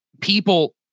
people